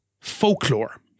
Folklore